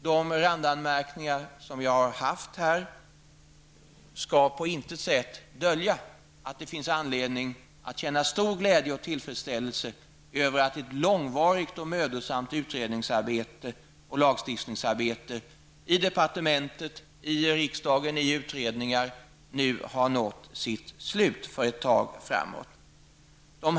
De randanmärkningar som här har gjorts skall på intet sätt dölja att det finns anledning att känna stor glädje och tillfredsställelse över att ett långvarigt och mödosamt utredningsarbete och lagstiftningsarbete i departementet, i riksdagen och i utredningar nu har nått sitt slut för ett tag framöver.